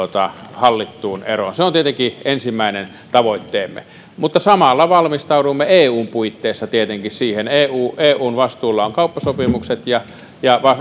hallittuun eroon se on tietenkin ensimmäinen tavoitteemme mutta samalla valmistaudumme siihen tietenkin eun puitteissa eun vastuulla on kauppasopimukset